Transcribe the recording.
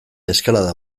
eskalada